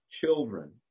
children